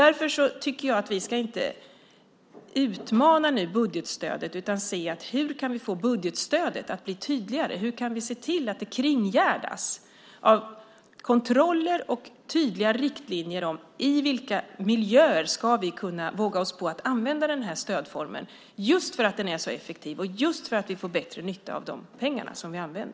Därför tycker jag att vi nu inte ska utmana budgetstödet utan ska se hur vi kan få budgetstödet att bli tydligare, hur vi kan se till att det kringgärdas av kontroller och tydliga riktlinjer om i vilka miljöer vi ska våga oss på att använda den här stödformen, just för att den är så effektiv och just för att vi får bättre nytta av de pengar som vi använt.